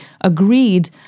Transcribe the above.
agreed